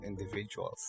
individuals